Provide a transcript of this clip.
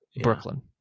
Brooklyn